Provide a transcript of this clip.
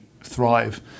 thrive